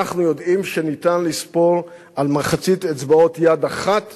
אנחנו יודעים שניתן לספור על מחצית אצבעות יד אחת